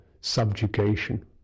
subjugation